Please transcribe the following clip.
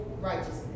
righteousness